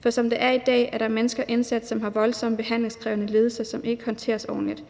for som det er i dag, er der mennesker indsat, som har voldsomme behandlingskrævende lidelser, som ikke håndteres ordentligt.